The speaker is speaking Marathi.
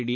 डी